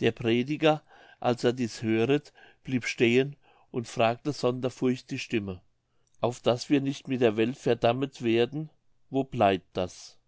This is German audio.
der prediger als er dieß höret blieb stehen und fragte sonder furcht die stimme auf daß wir nicht mit der welt verdammet werden wo bleibt das